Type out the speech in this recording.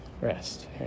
rest